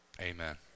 amen